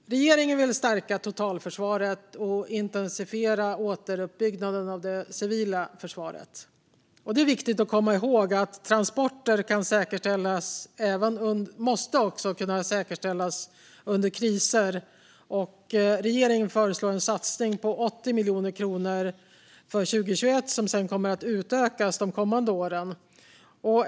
Regeringen vill stärka totalförsvaret och intensifiera återuppbyggnaden av det civila försvaret. Transporter måste kunna säkerställas även under kriser, och regeringen föreslår därför en satsning på 80 miljoner kronor för år 2021 som sedan kommer att utökas kommande år.